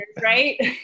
right